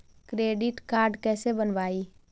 Credit card कैसे बनवाई?